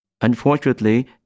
Unfortunately